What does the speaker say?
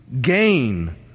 gain